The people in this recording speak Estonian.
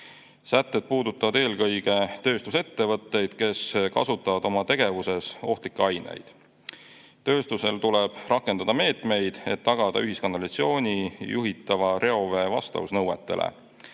Sätted puudutavad eelkõige tööstusettevõtteid, mis kasutavad oma tegevuses ohtlikke aineid. Tööstusel tuleb rakendada meetmeid, et tagada ühiskanalisatsiooni juhitava reovee vastavus nõuetele.